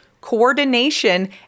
coordination